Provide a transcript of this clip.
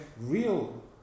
real